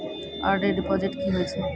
RD deposit की होय छै?